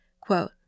quote